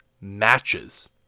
matches